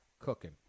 cooking